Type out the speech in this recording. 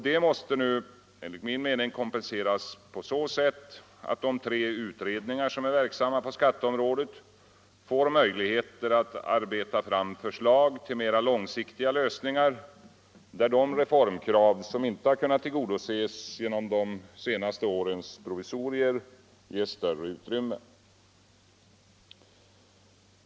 Det måste enligt min mening nu kompenseras på så sätt, att de tre utredningar som är verksamma på skatteområdet får möjligheter att arbeta fram förslag till mer långsiktiga lösningar, där de reformkrav som inte kunnat tillgodoses genom de senaste årens provisorier ges större utrymme.